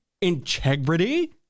integrity